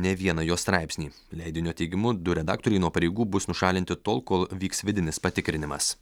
ne vieną jo straipsnį leidinio teigimu du redaktoriai nuo pareigų bus nušalinti tol kol vyks vidinis patikrinimas